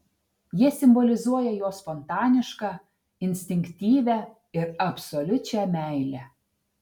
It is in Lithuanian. jie simbolizuoja jo spontanišką instinktyvią ir absoliučią meilę